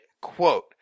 quote